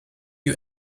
you